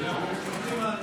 נותנים מענה,